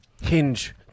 hinge